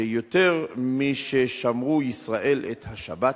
שיותר מששמרו ישראל את השבת,